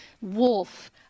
wolf